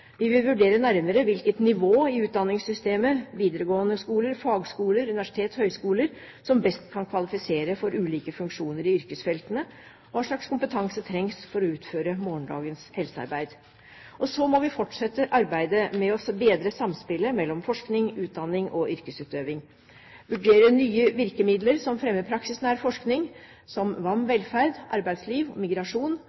Vi vil vurdere nærmere hvilket nivå i utdanningssystemet – videregående skoler, fagskoler, universiteter og høyskoler – som best kan kvalifisere for ulike funksjoner i yrkesfeltene. Hva slags kompetanse trengs for å utføre morgendagens helsearbeid? Vi må fortsette arbeidet med å bedre samspillet mellom forskning, utdanning og yrkesutøving og vurdere nye virkemidler som fremmer praksisnær forskning, som